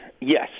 Yes